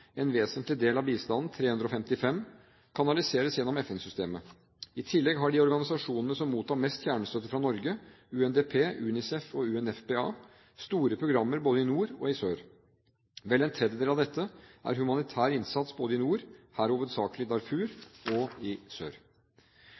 En vesentlig del av bistanden, 355 mill. kr, kanaliseres gjennom FN-systemet. I tillegg har de organisasjonene som mottar mest kjernestøtte fra Norge – UNDP, UNICEF og UNFPA – store programmer både i nord og i sør. Vel en tredjedel av dette er humanitær innsats både i nord, hovedsakelig i Darfur,